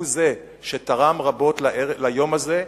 הוא זה שתרם רבות ליום הזה,